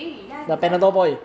eh ya 你怎样懂